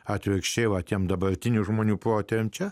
atvirkščiai va tiems dabartinių žmonių protėviam čia